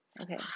okay